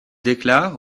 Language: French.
déclare